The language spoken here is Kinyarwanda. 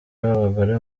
w’abagore